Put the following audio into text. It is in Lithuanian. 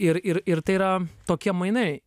ir ir ir tai yra tokie mainai